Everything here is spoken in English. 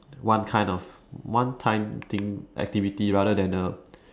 one time of one time thing activity rather than a